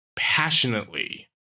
Passionately